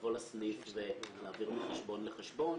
לבוא לסניף ולהעביר מחשבון לחשבון,